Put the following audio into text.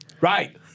Right